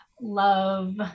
love